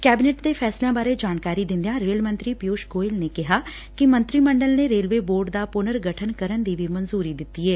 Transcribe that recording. cabinet ਦੇ ਫੈੱਸਲਿਆਂ ਬਾਰੇ ਜਾਣਕਾਰੀ ਦਿਦਿਆਂ ਰੇਲ ਮੰਤਰੀ ਪਿਊਸ਼ ਗੋਇਲ ਨੇ ਕਿਹਾ ਕਿ ਮੰਤਰੀ ਮੰਡਲ ਨੇ ਰੇਲਵੇ ਬੋਰਡ ਦਾ ਪੁਨਰ ਗਠਨ ਦੀ ਮਨਜੂਰੀ ਵੀ ਦੇ ਦਿੱਤੀ ਏ